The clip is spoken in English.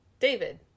David